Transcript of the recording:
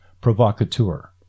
provocateur